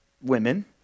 women